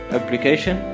application